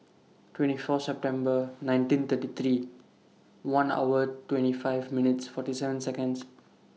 twenty four September nineteen thirty three one hours twenty five minutes forty seven Seconds